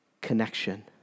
connection